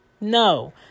No